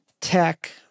tech